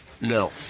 No